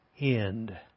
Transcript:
End